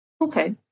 Okay